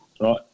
Right